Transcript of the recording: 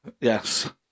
yes